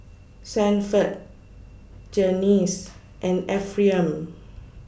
Sanford Janyce and Ephriam